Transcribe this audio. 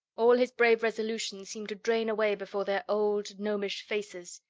all his brave resolutions seemed to drain away before their old, gnomish faces.